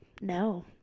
no